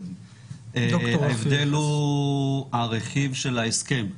ההבדל הוא הרכיב של ההסכם.